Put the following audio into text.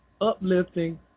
uplifting